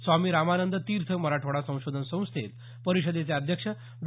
स्वामी रामानंद तीर्थ मराठवाडा संशोधन संस्थेत परिषदेचे अध्यक्ष डॉ